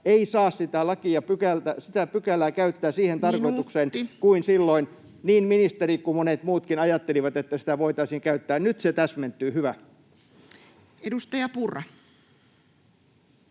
ja sitä pykälää käyttää siihen tarkoitukseen, [Puhemies: Minuutti!] mihin silloin niin ministeri kuin monet muutkin ajattelivat, että sitä voitaisiin käyttää. Nyt se täsmentyy — hyvä. Edustaja Purra.